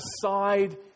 aside